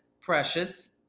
precious